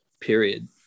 period